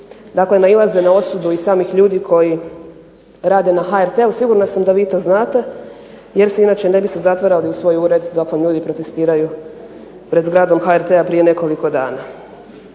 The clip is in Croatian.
nailaze na osudu i samih ljudi koji rade na HRT sigurna sam da vi to znate, jer se inače ne biste zatvarali u svoj ured dok vam ljudi protestiraju pred zgradom HRT-a pred nekoliko dana.